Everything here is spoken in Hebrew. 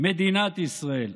מדינת ישראל,